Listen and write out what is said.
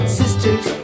sisters